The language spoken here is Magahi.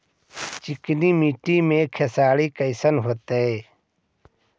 चिकनकी मट्टी मे खेसारी कैसन होतै?